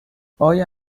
آیا